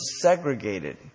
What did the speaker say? segregated